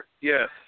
Yes